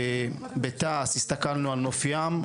בתעש הסתכלנו על נוף ים,